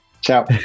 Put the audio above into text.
Ciao